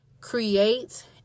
create